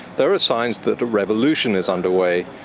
there are signs that a revolution is under way.